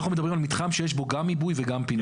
מדברים על מתחם שיש בו גם עיבוי וגם פינוי.